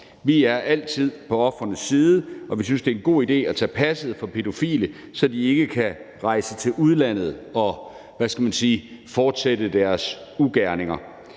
Vi er altid på ofrenes side, og vi synes, det er en god idé at tage passet fra pædofile, så de ikke kan rejse til udlandet og fortsætte deres ugerninger.